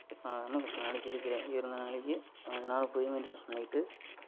பேசாமல் கொஞ்ச நாளைக்கு இருக்கிறேன் இருந்த நிலைக்கி கொஞ்ச நாள் அப்படியே மெயிண்டென்ஸ் பண்ணிக்கிட்டு